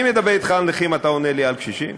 אני מדבר אתך על נכים, אתה עונה לי על קשישים?